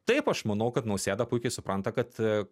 taip aš manau kad nausėda puikiai supranta kad